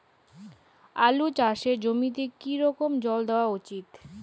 আলু চাষের জমিতে কি রকম জল দেওয়া উচিৎ?